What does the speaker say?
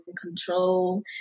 control